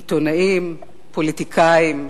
עיתונאים, פוליטיקאים,